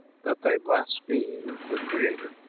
that they blaspheme the creator,